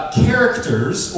characters